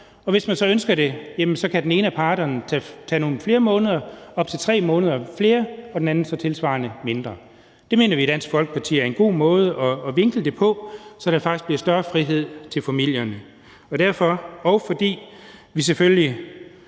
og hvis man så ønsker det, kan den ene af parterne tage nogle flere måneder, op til 3 måneder mere, og den anden så tilsvarende mindre. Det mener vi i Dansk Folkeparti er en god måde at vinkle det på, så der faktisk bliver større frihed til familierne. Derfor, og fordi vi selvfølgelig